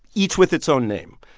each with its own name.